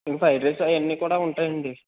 fried rice ఆవన్నీ కూడా ఉంటాయండి